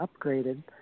upgraded